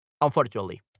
Unfortunately